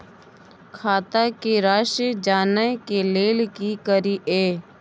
खाता के राशि जानय के लेल की करिए?